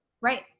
right